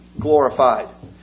glorified